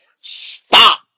Stop